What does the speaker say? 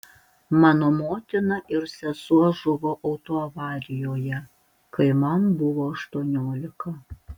mano motina ir sesuo žuvo autoavarijoje kai man buvo aštuoniolika